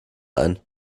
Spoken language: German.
ein